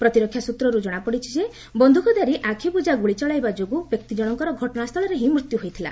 ପ୍ରତିରକ୍ଷା ସୂତ୍ରରୁ ଜଣାପଡିଛି ଯେ ବନ୍ଧୁକଧାରୀ ଆଖିବୁଜା ଗୁଳି ଚଳାଇବା ଯୋଗୁଁ ବ୍ୟକ୍ତିଜଣଙ୍କର ଘଟଣାସ୍ଥଳରେ ହିଁ ମୃତ୍ୟୁ ହୋଇଥିଲା